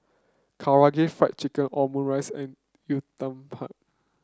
Karaage Fried Chicken Omurice and Uthapam